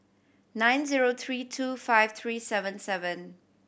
nine zero three two five three seven seven